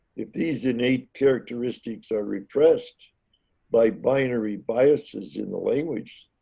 if these innate characteristics are repressed by binary biases in the language.